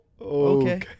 okay